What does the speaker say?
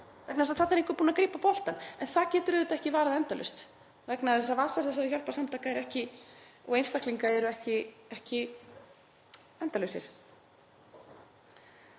vegna þess að þarna er einhver búinn að grípa boltann. En það getur auðvitað ekki varað endalaust vegna þess að vasar þessara hjálparsamtaka og einstaklinga eru ekki ótæmandi.